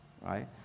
right